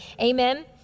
amen